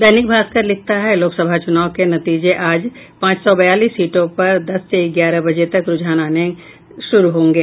दैनिक भास्कर लिखता है लोकसभा चुनाव के नतीजे आज पांच सौ बयालीस सीटों पर दस से ग्यारह बजे तक रूझाने आने से शुरू होंगे